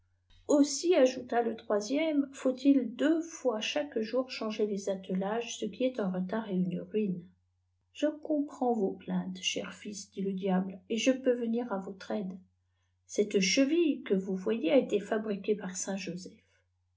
aussi ajoou le troisième faut-il éetm fois chaque jour cliaùger les attelages ce qui est un retard et une ruine je comprends vos plaintes chers fils dit le niable et je veux venir à votre aide cette cheville que vous voyez a été fabriquée par saint